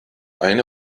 eine